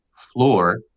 floor